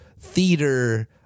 theater